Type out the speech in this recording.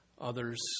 others